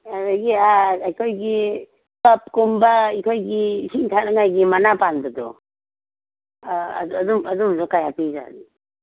ꯑꯗꯩꯒꯤ ꯑꯩꯈꯣꯏꯒꯤ ꯀꯞꯀꯨꯝꯕ ꯑꯩꯈꯣꯏꯒꯤ ꯏꯁꯤꯡ ꯊꯛꯅꯕꯒꯤ ꯃꯅꯥ ꯄꯥꯟꯕꯗꯣ ꯑ ꯑꯗꯨꯝꯕꯗꯣ ꯀꯌꯥ ꯄꯤꯔꯤ ꯖꯥꯠꯅꯣ